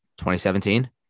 2017